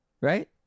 Right